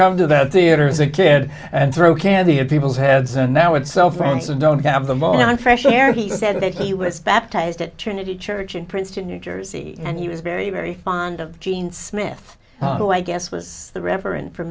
come to that theater as a kid and throw candy at people's heads and now it's so friends don't have them on fresh air he said that he was baptized at trinity church in princeton new jersey and he was very very fond of gene smith who i guess was the reverend f